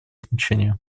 значение